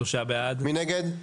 מי נגד?